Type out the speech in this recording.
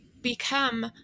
become